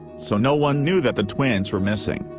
so no one knew that the twins were missing.